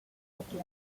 headland